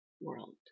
world